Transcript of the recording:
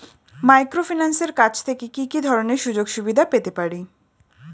মাইক্রোফিন্যান্সের কাছ থেকে কি কি ধরনের সুযোগসুবিধা পেতে পারি?